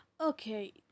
okay